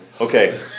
Okay